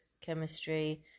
chemistry